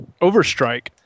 Overstrike